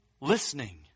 listening